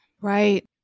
Right